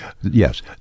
yes